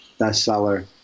bestseller